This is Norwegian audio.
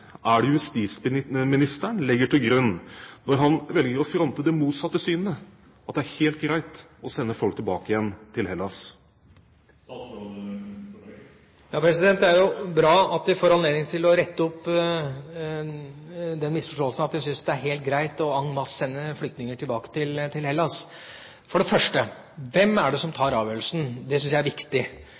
er det justisministeren legger til grunn når han velger å fronte det motsatte synet, at det er helt greit å sende folk tilbake igjen til Hellas? Det er jo bra at vi får anledning til å rette opp den misforståelsen at vi syns det er helt greit å en masse-sende flyktninger tilbake til Hellas. For det første: Hvem er det som tar avgjørelsen? Det syns jeg er viktig.